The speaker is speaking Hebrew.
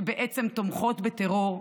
שבעצם תומכות בטרור,